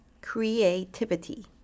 Creativity